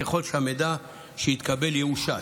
ככל שהמידע שהתקבל יאושש.